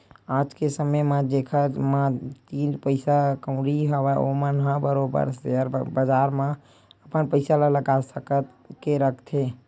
आज के समे म जेखर मन तीर पइसा कउड़ी हवय ओमन ह बरोबर सेयर बजार म अपन पइसा ल लगा के रखथे